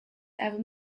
ever